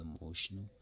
emotional